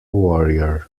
warrior